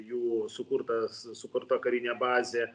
jų sukurtas sukurta karinė bazė